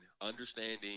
understanding